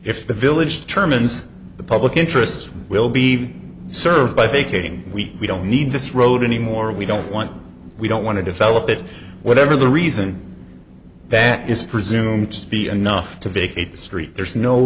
if the village determines the public interest will be served by vacating we we don't need this road anymore we don't want we don't want to develop it whatever the reason that is presume to be enough to vacate the street there's no